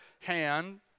hand